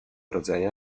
rodzenia